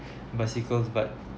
bicycles but